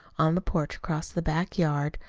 on the porch across the back yard,